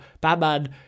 Batman